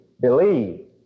believe